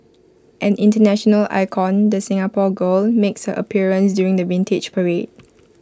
an International icon the Singapore girl makes her appearance during the Vintage Parade